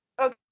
Okay